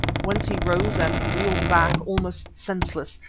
whence he rose and reeled back, almost senseless,